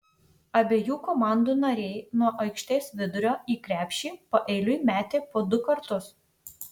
abiejų komandų nariai nuo aikštės vidurio į krepšį paeiliui metė po du kartus